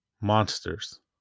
Monsters